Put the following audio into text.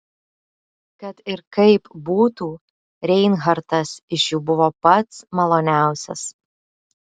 kad ir kaip būtų reinhartas iš jų buvo pats maloniausias